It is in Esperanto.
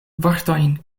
vortojn